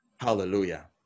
Hallelujah